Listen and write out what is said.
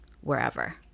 wherever